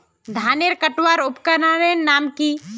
धानेर कटवार उपकरनेर नाम की?